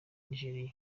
nigeriya